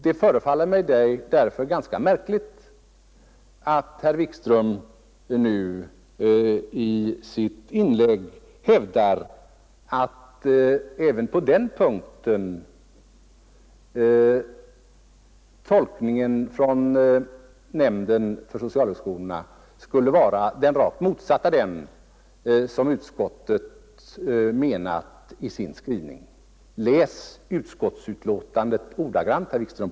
Det förefaller mig därför märkligt att herr Wikström nu i sitt inlägg hävdar att den tolkning som gjorts av nämnden för socionomutbildning även på den punkten skulle vara den rakt motsatta den som utskottet avsett i sin skrivning. Läs utskottsutlåtandet ordagrant, herr Wikström!